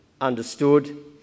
understood